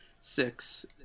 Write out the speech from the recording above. six